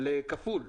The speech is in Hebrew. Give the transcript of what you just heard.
כפול.